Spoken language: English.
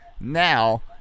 Now